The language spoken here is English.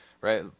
right